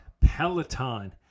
peloton